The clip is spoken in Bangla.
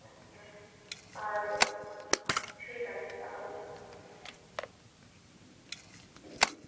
আচ্ছা আর ঠিক আছে তাহলে